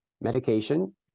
medication